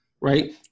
right